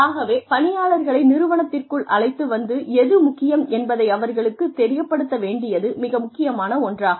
ஆகவே பணியாளர்களை நிறுவனத்திற்குள் அழைத்து வந்து எது முக்கியம் என்பதை அவர்களுக்குத் தெரியப்படுத்த வேண்டியது மிக முக்கியமான ஒன்றாகும்